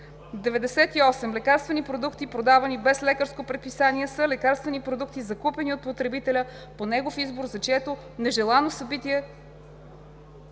98. „Лекарствени продукти, продавани без лекарско предписание“ са лекарствени продукти, закупени от потребителя по негов избор, за чието нежелано събитие,